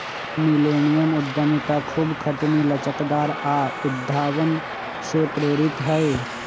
millennium उद्यमिता खूब खटनी, लचकदार आऽ उद्भावन से प्रेरित हइ